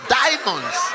diamonds